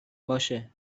باشه